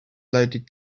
loaded